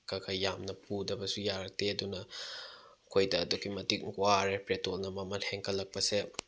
ꯈꯔ ꯈꯔ ꯌꯥꯝꯅ ꯄꯨꯗꯕꯁꯨ ꯌꯥꯔꯛꯇꯦ ꯑꯗꯨꯅ ꯑꯩꯈꯣꯏꯗ ꯑꯗꯨꯛꯀꯤ ꯃꯇꯤꯛ ꯋꯥꯔꯦ ꯄꯦꯇ꯭ꯔꯣꯜꯅ ꯃꯃꯜ ꯍꯦꯟꯒꯠꯂꯛꯄꯁꯦ